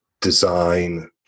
design